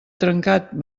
trencat